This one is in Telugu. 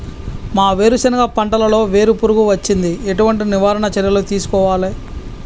మా వేరుశెనగ పంటలలో వేరు పురుగు వచ్చింది? ఎటువంటి నివారణ చర్యలు తీసుకోవాలే?